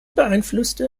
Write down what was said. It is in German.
beeinflusste